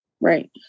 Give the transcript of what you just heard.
right